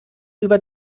über